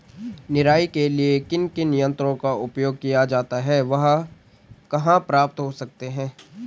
निराई के लिए किन किन यंत्रों का उपयोग किया जाता है वह कहाँ प्राप्त हो सकते हैं?